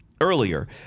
earlier